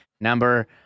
number